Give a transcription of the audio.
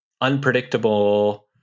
unpredictable